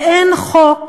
ואין חוק